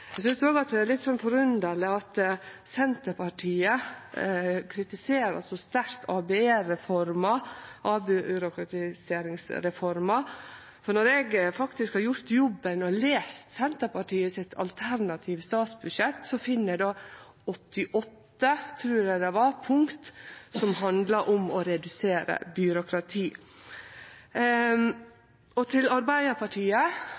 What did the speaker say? Eg synest det er litt forunderleg at Senterpartiet kritiserer så sterkt ABE-reforma – avbyråkratiseringsreforma, for når eg faktisk har gjort jobben, og lest Senterpartiets alternative statsbudsjett, finn eg 88 – trur eg det var – punkt som handlar om å redusere byråkrati.